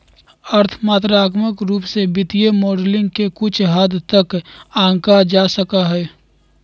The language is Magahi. अर्थ मात्रात्मक रूप से वित्तीय मॉडलिंग के कुछ हद तक आंका जा सका हई